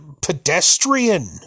pedestrian